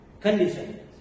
conditions